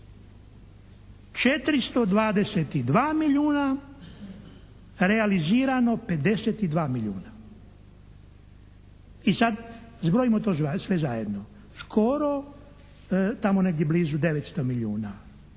422 milijuna, realizirano 52 milijuna. I sad zbrojimo to sve zajedno. Skoro tamo negdje blizu 900 milijuna.